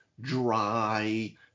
dry